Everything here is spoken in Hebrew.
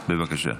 בבקשה.